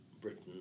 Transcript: Britain